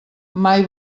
mai